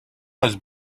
was